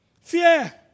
Fear